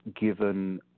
given